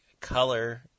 Color